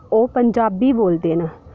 ओह् पंजाबी बोलदे न